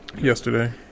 Yesterday